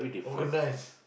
organise